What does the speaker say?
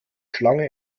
schlange